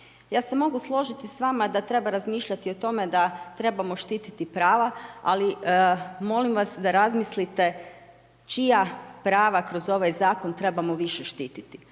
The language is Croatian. Ja se mogu složiti s vama da treba razmišljati o tome da trebamo štiti prava, ali molim vas, da razmilite čija prava kroz ovaj zakon trebamo više štiti,